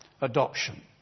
adoption